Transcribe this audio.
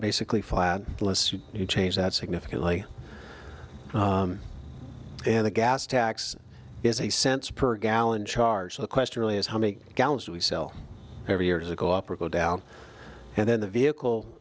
basically flat you change that significantly and the gas tax is a cents per gallon charge so the question really is how many gallons we sell every years ago up or go down and then the vehicle